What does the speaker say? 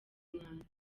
umwanda